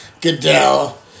Goodell